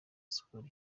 sports